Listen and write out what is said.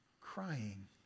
crying